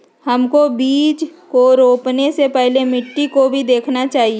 हमको बीज को रोपने से पहले मिट्टी को भी देखना चाहिए?